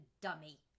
dummy